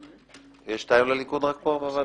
יש פה רק שניים לליכוד בוועדה?